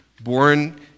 Born